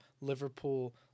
Liverpool